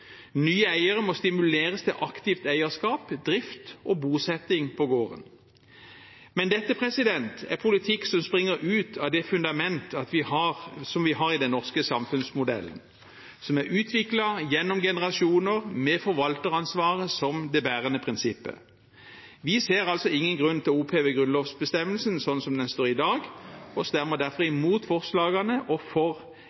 Nye eiere må stimuleres til aktivt eierskap, drift og bosetting på gården. Men dette er politikk som springer ut av det fundament som vi har i den norske samfunnsmodellen, som er utviklet gjennom generasjoner, med forvalteransvaret som det bærende prinsippet. Vi ser altså ingen grunn til å oppheve grunnlovsbestemmelsen slik som den står i dag, og stemmer derfor